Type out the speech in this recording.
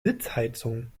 sitzheizung